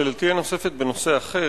שאלתי הנוספת היא בנושא אחר,